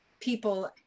people